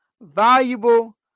valuable